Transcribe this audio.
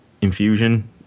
infusion